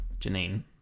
Janine